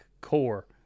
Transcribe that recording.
core